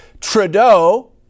Trudeau